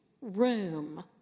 room